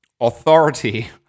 authority